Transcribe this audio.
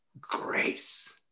Grace